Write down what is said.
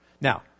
Now